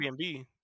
Airbnb